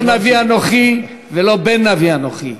לא נביא אנוכי ולא בן נביא אנוכי,